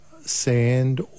sand